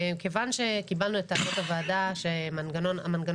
כיוון שקיבלנו את עמדת הוועדה שהמנגנון